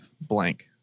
blank